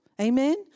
Amen